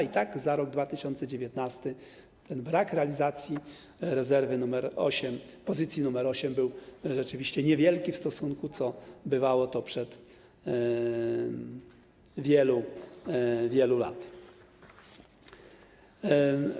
I tak za rok 2019 brak w realizacji rezerwy nr 8, pozycji nr 8, był rzeczywiście niewielki w stosunku do tego, co bywało przed wielu, wielu laty.